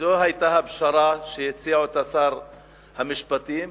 זו היתה הפשרה שהציע שר המשפטים,